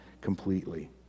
completely